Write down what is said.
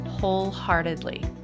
wholeheartedly